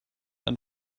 and